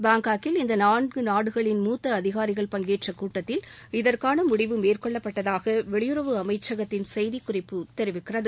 பாங்காக்கில் இந்த நான்கு நாடுகளின் மூத்த அதிகாரிகள் பங்கேற்ற கூட்டத்தில் இதற்கான முடிவு மேற்கொள்ளப்பட்டதாக வெளியுறவு அமைச்சகத்தின் செய்திக்குறிப்பு தெரிவிக்கிறது